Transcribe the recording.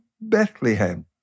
Bethlehem